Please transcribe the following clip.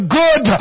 good